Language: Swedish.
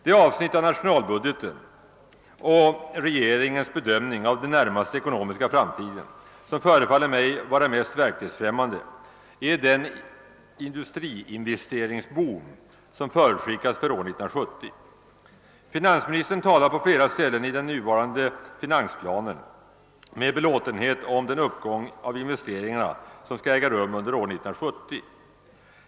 Det avsnitt av nationalbudgeten och regeringens bedömning av den närmaste ekonomiska framtiden som förefaller mig vara mest verklighetsfrämmande är den industriinvesteringsboom som förutskickas för år 1970. Finansministern talar på flera ställen i den nuvarande finansplanen med belåtenhet om den uppgång av investeringarna som skall äga rum under 1970.